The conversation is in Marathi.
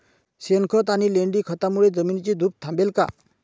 शेणखत आणि लेंडी खतांमुळे जमिनीची धूप थांबेल का?